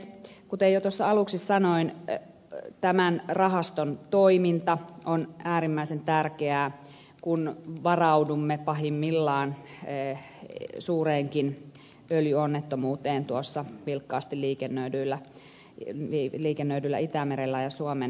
kuten jo tuossa aluksi sanoin tämän rahaston toiminta on äärimmäisen tärkeää kun varaudumme pahimmillaan suureenkin öljyonnettomuuteen tuossa vilkkaasti liikennöidyillä itämerellä ja suomenlahdella